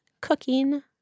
cooking